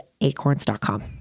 acorns.com